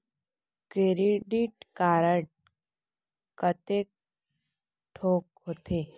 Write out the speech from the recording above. Credit card कतेक ठोक होथे?